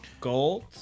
gold